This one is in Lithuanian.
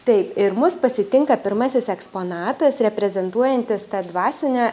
taip ir mus pasitinka pirmasis eksponatas reprezentuojantis tą dvasinę